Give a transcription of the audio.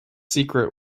secret